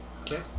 Okay